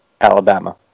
Alabama